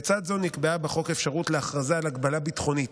לצד זו נקבעה בחוק אפשרות להכרזה על הגבלה ביטחונית.